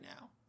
now